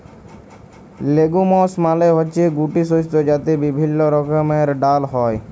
legumes মালে হচ্যে গুটি শস্য যাতে বিভিল্য রকমের ডাল হ্যয়